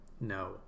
no